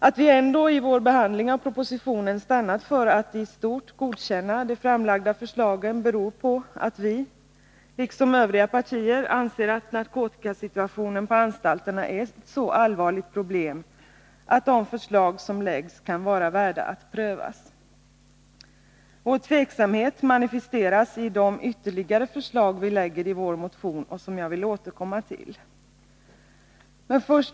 Att vi ändå i vår behandling av propositionen stannat för att i stort godkänna de framlagda förslagen beror på att vi, liksom övriga partier, anser att narkotikasituationen på anstalterna är ett så allvarligt problem att de förslag som läggs fram kan vara värda att prövas. Vår tveksamhet manifesteras i de ytterligare förslag vi lägger fram i vår motion och som jag vill återkomma till.